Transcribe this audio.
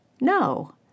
No